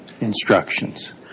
instructions